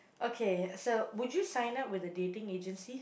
okay so would you sign up with a dating agency